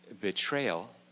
betrayal